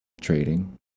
Trading